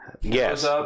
Yes